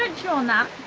chew on that